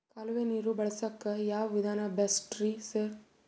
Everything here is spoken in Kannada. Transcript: ಕಾಲುವೆ ನೀರು ಬಳಸಕ್ಕ್ ಯಾವ್ ವಿಧಾನ ಬೆಸ್ಟ್ ರಿ ಸರ್?